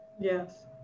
Yes